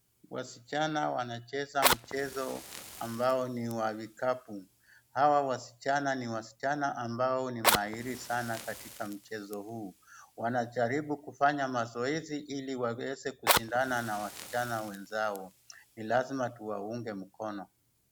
Wasichana wanacheza mchezo ambao ni wa vikapu. Hawa wasichana ni wasichana ambao ni mahiri sana katika mchezo huu. Wanajaribu kufanya mazoezi ili waweze kushindana na wasichana wenzao. Ni lazma tuwaunge mkono.